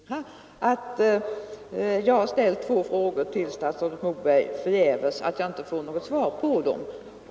Herr talman! Jag vill bara konstatera att jag förgäves ställt två frågor till statsrådet Moberg. Jag får inte något svar på dem.